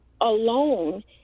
alone